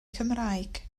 cymraeg